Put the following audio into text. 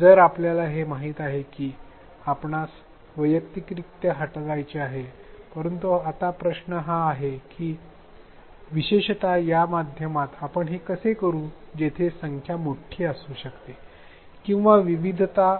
तर आपल्याला हे माहित आहे की आपणास हे वैयक्तिकरित्या हाताळायचे आहे परंतु आता प्रश्न हा आहे की विशेषतः या माध्यमात आपण हे कसे करू जेथे संख्या मोठी असू शकते किंवा विविधता